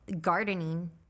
gardening